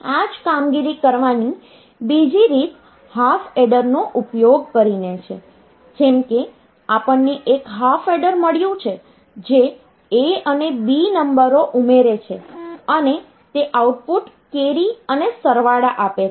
આ જ કામગીરી કરવાની બીજી રીત હાફ એડરનો ઉપયોગ કરીને છે જેમ કે આપણ ને એક હાફ એડર મળ્યું છે જે A અને B નંબરો ઉમેરે છે અને તે આઉટપુટ કેરી અને સરવાળા આપે છે